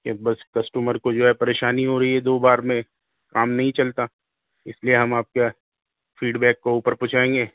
کہ بس کسٹومر کو جو ہے پریشانی ہو رہی ہے دو بار میں کام نہیں چلتا اس لیے ہم آپ کے فیڈ بیک کو اوپر پہنچائیں گے